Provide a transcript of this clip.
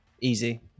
easy